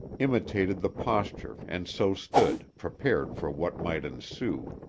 imitated the posture and so stood, prepared for what might ensue.